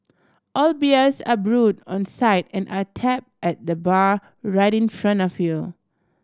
all beers are brewed on site and are tap at the bar right in front of you